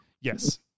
yes